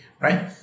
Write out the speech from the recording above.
right